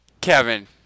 Kevin